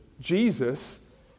Jesus